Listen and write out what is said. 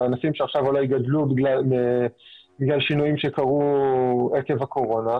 בענפים שעכשיו אולי גדלו בגלל שינויים שקרו או עקב הקורונה,